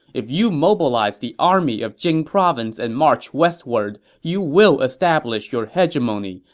if you mobilize the army of jing province and march westward, you will establish your hegemony,